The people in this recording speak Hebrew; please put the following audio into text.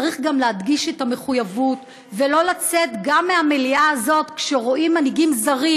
צריך גם להדגיש את המחויבות ולא לצאת מהמליאה הזאת כשרואים מנהיגים זרים